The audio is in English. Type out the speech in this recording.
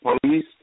police